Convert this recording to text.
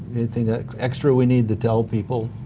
anything extra we need to tell people?